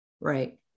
Right